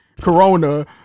Corona